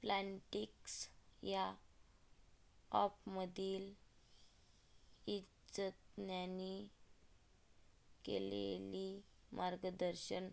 Plantix या ॲपमधील तज्ज्ञांनी केलेली मार्गदर्शन